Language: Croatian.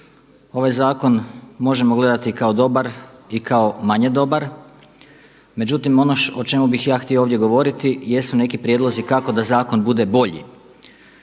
Ovaj zakon možemo gledati kao dobar i kao manje dobar, međutim ono o čemu bih ja ovdje htio govoriti jesu neki prijedlozi kako da zakon bude bolji.